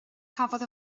cafodd